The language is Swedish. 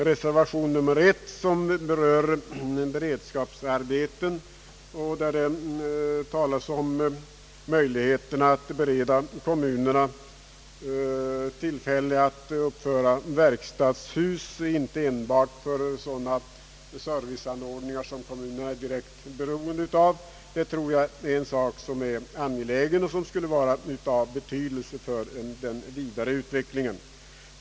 Reservationen vid punkten 1 berör beredskapsarbeten, och i den tas upp möjligheterna att bereda kommunerna tillfälle att uppföra verkstadshus inte enbart för sådana serviceanordningar som kommunerna är direkt beroende av. Detta är en angelägen sak och en fråga som är av betydelse även för den vidare utvecklingen.